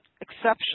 exception